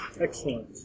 Excellent